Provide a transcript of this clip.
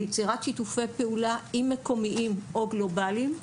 ליצירת שיתופי פעולה מקומיים או גלובליים,